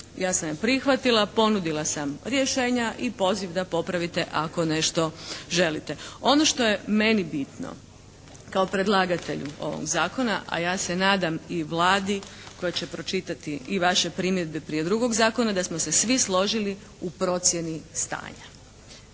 Ja sam je prihvatila, ponudila sam rješenja i poziv da popravite ako nešto želite. Ono što je meni bitno kao predlagatelju ovog zakona, a ja se nadam i Vladi koja će pročitati i vaše primjedbe prije drugog zakona, da smo se svi složili u procjeni stanja,